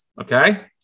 Okay